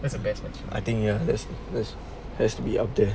that's a best part I think ya this this has to be up there